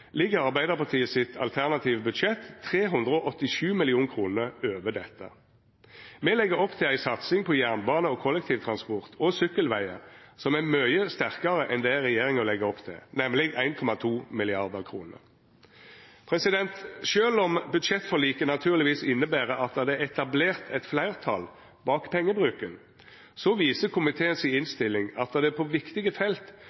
ligg Arbeidarpartiet sitt alternative budsjett 387 mill. kr over dette. Me legg opp til ei satsing på jernbane og kollektivtransport og sykkelvegar som er mykje sterkare enn det regjeringa legg opp til, nemleg 1,2 mrd. kr. Sjølv om budsjettforliket naturlegvis inneber at det er etablert eit fleirtal bak pengebruken, viser komiteen si innstilling at det på viktige felt